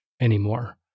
anymore